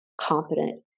competent